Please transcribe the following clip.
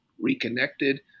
reconnected